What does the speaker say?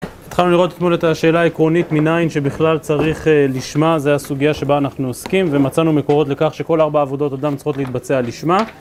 התחלנו לראות אתמול את השאלה העקרונית מיניין שבכלל צריך לשמה, זה הסוגיה שבה אנחנו עוסקים ומצאנו מקורות לכך שכל ארבע עבודות אדם צריכות להתבצע על לשמה